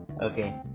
Okay